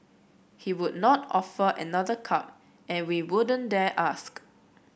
he would not offer another cup and we wouldn't dare ask